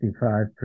55